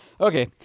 Okay